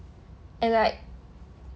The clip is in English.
and like